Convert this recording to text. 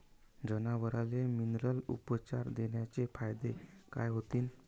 जनावराले मिनरल उपचार देण्याचे फायदे काय होतीन?